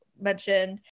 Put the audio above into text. mentioned